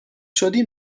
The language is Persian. شدی